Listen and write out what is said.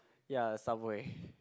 ya Subway